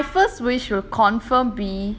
my first wish will confirm be